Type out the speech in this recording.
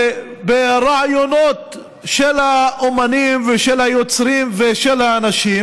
וברעיונות של האומנים ושל היוצרים ושל האנשים,